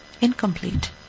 incomplete